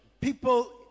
people